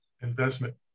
Investment